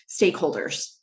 stakeholders